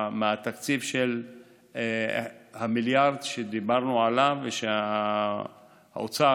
מהתקציב של מיליארד שדיברנו עליו ושהאוצר